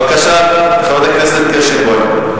בבקשה, חברת הכנסת קירשנבאום.